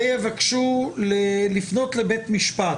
ויבקשו לפנות לבית משפט